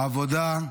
העבודה,